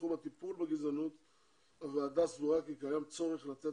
בתחום הטיפול בגזענות הועדה סבורה כי קיים צורך לתת